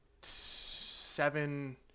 seven